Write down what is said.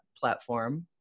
platform